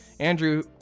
Andrew